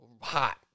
hot